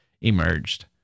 emerged